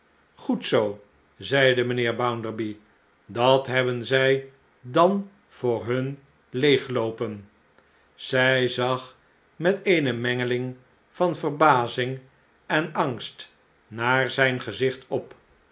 goed zoo zeide mijnheer bounderby dat hebben zij dan voor hun leegloopen zij zag met eene mengeling van verbazing en angst naar zijn gezicht op